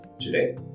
today